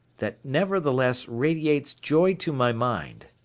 that nevertheless radiates joy to my mind.